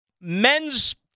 men's